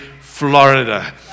Florida